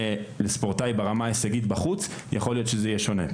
לספורטאי ברמה הישגית בחוץ יכול להיות שזה יהיה שונה.